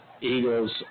Eagles